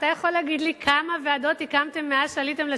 אתה יכול להגיד לי כמה ועדות הקמתם מאז עליתם לשלטון?